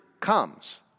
comes